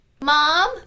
Mom